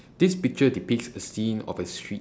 this picture depicts a scene of a street